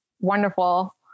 wonderful